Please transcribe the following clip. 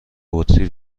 بطری